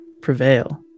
prevail